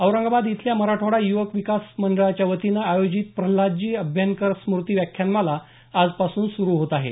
औरंगाबाद इथल्या मराठवाडा युवक विकास मंडळाच्या वतीनं आयोजित प्रल्हादजी अभ्यंकर स्मृती व्याख्यानमाला आजपासून सुरु होत आहे